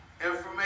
information